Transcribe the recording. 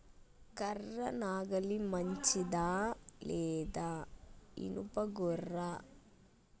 కర్ర నాగలి మంచిదా లేదా? ఇనుప గొర్ర?